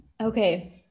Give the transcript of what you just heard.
okay